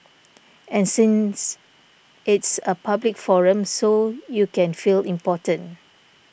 and since it's a public forum so you can feel important